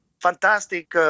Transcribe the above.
fantastic